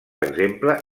exemple